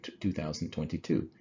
2022